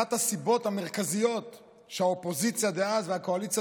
אחת הסיבות המרכזיות שבאופוזיציה דאז והקואליציה